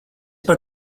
par